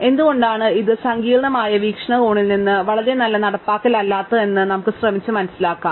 അതിനാൽ എന്തുകൊണ്ടാണ് ഇത് സങ്കീർണ്ണമായ വീക്ഷണകോണിൽ നിന്ന് വളരെ നല്ല നടപ്പാക്കൽ അല്ലാത്തതെന്ന് നമുക്ക് ശ്രമിച്ചു മനസ്സിലാക്കാം